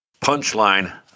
Punchline